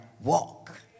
walk